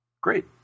Great